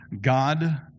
God